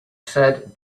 said